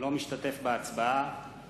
אינו משתתף בהצבעה